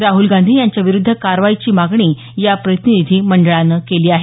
राहुल गांधी यांच्या विरूद्ध कारवाईची मागणी या प्रतिनिधी मंडळानं केली आहे